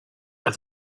are